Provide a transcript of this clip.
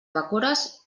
bacores